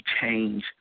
change